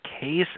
case